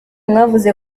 mwavuze